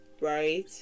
Right